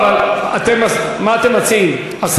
אני נוסע מכאן,